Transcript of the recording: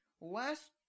Last